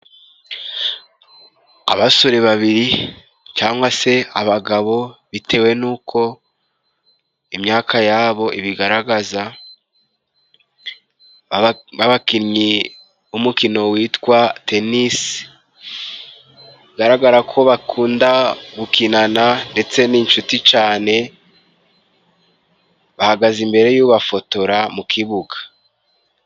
Abasore babiri cyangwa se abagabo bitewe nuko imyaka yabo ibigaragaza, b'abikinnyi b'umukino witwa Tenisi bigaragara ko bakunda gukinana ndetse n'inshuti cyane, bahagaze imbere y'ubafotora mu kibuga.